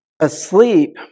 Asleep